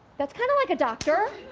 that's kind of like a doctor,